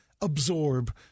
absorb